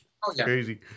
Crazy